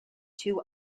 two